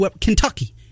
Kentucky